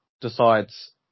decides